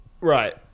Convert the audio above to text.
Right